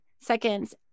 seconds